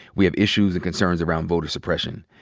we have issues and concerns around voter suppression.